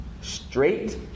straight